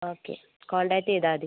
okay contact ചെയ്താൽ മതി